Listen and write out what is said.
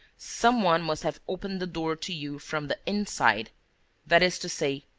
someone must have opened the door to you from the inside that is to say,